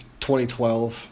2012